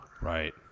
Right